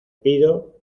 pido